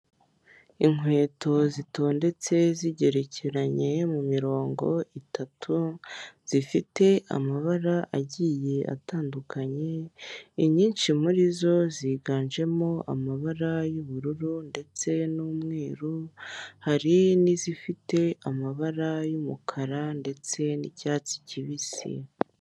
Inkweto zitondetse zigerekeranye mu mirongo itatu zifite amabara agiye atandukanye. Inyinshi murizo ziganjemo amabara y'ubururu ndetse n'umweru hari n'izifite amabara y'umukara ndetse n'icyatsi kibisi.